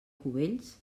cubells